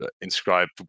inscribed